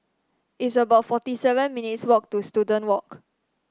It's about forty seven minutes' walk to Student Walk